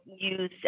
use